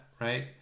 right